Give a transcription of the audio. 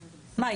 מה,